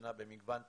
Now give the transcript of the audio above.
שנה במגוון תפקידים,